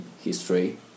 history